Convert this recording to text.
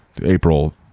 april